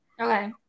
Okay